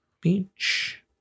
Beach